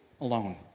alone